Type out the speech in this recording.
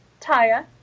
Taya